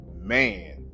man